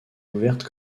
ouverte